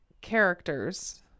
characters